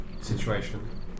situation